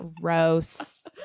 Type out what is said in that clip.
Gross